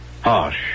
Harsh